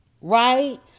Right